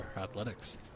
athletics